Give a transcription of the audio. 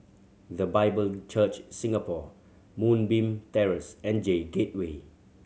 The Bible Church Singapore Moonbeam Terrace and J Gateway